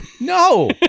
No